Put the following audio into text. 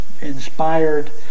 inspired